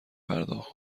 پرداخت